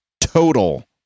total